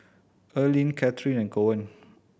Erling Katheryn and Cohen